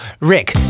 rick